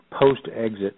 post-exit